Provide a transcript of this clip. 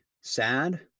sad